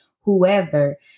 whoever